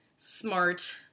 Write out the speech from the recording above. smart